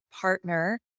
partner